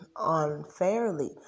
unfairly